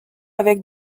avec